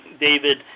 David